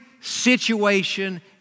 situation